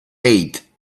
hate